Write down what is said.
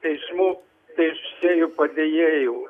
teismų teisėjų padėjėjų